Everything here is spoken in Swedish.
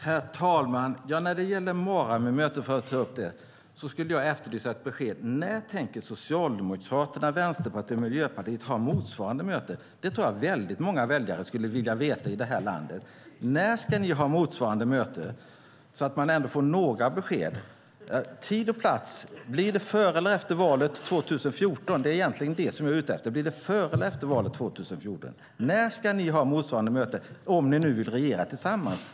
Herr talman! När det gäller Maramömötet, för att ta upp det, skulle jag vilja efterlysa ett besked: När tänker Socialdemokraterna, Vänsterpartiet och Miljöpartiet ha motsvarande möte? Jag tror att väldigt många väljare i detta land skulle vilja veta det. När ska ni ha motsvarande möte så att man ändå får några besked? Tid och plats? Blir det före eller efter valet 2014? Det är det som jag är ute efter. Blir det före eller efter valet 2014? När ska ni ha motsvarande möte, om ni nu vill regera tillsammans?